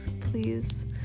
please